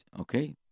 Okay